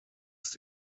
ist